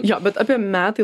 jo bet apie metai